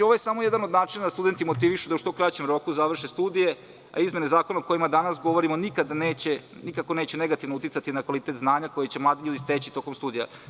Ovo je samo jedan od načina da se studenti motivišu da u što kraćem roku završe studije, a izmene zakona o kojima danas govorimo nikako neće negativno uticati na kvalitet znanja kojima će mladi steći tokom studija.